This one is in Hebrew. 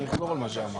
שנייה.